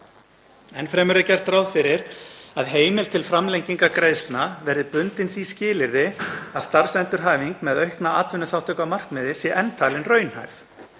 Enn fremur er gert ráð fyrir að heimild til framlengingar greiðslna verði bundin því skilyrði að starfsendurhæfing með aukna atvinnuþátttöku að markmiði sé enn talin raunhæf.